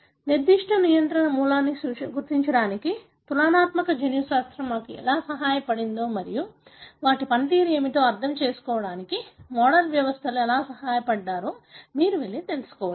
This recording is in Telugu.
నిర్దిష్ట నియంత్రణ మూలకాన్ని గుర్తించడానికి తులనాత్మక జన్యుశాస్త్రం మాకు ఎలా సహాయపడిందో మరియు వాటి పనితీరు ఏమిటో అర్థం చేసుకోవడానికి మోడల్ వ్యవస్థలు ఎలా సహాయపడ్డాయో మీరు వెళ్లి తెలుసుకోవచ్చు